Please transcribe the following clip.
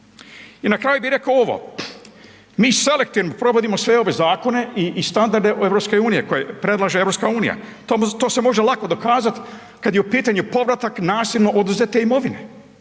I na kraju bi rekao ovo, mi selektivno provodimo sve ove zakone i standarde EU koje predlaže EU, to se može lako dokazati kad je u pitanju povratak nasilno oduzete imovine.